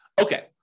Okay